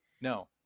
no